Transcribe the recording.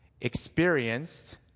experienced